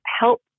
help